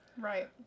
right